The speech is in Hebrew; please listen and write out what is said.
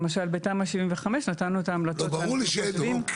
למשל בתמ"א 75 נתנו את ההמלצות שאנחנו חושבים,